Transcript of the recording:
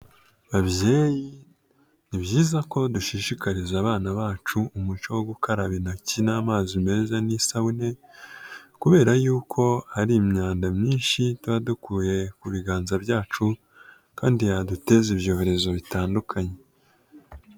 Babyeyi ni byiza ko dushishikariza abana bacu umuco wo gukaraba intoki n'amazi meza n'isabune, kubera yuko hari imyanda myinshi tuba dukuye ku biganza byacu kandi yaduteza ibyorezo bitandukanye.